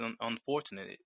unfortunate